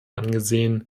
angesehen